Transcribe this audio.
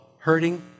hurting